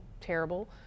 terrible